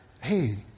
hey